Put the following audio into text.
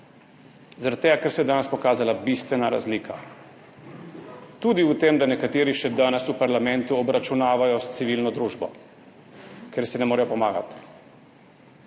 tega ker se je danes pokazala bistvena razlika, tudi v tem, da nekateri še danes v parlamentu obračunavajo s civilno družbo, ker si ne morejo pomagati.